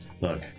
Look